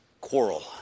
quarrel